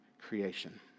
creation